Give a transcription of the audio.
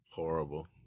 Horrible